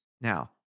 Now